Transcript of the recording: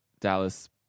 Dallas